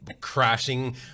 crashing